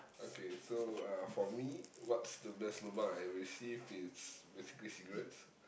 okay so uh for me what's the best lobang I ever received is basically cigarettes